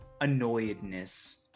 annoyedness